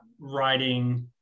writing